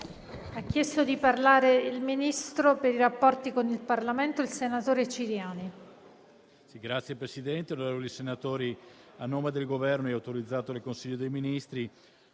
Ha chiesto di parlare il Ministro per i rapporti con il Parlamento, senatore Ciriani.